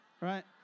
Right